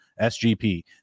SGP